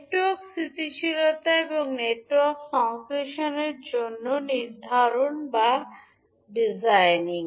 network স্থিতিশীলতা এবং network সংশ্লেষণের জন্য নির্ধারণ বা ডিজাইনিং